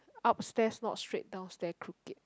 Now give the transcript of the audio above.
upstairs not straight downstair crooked